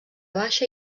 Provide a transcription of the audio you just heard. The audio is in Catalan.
baixa